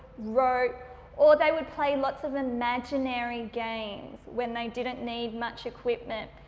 rope or they would play lots of imaginary games when they didn't need much equipment.